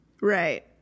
Right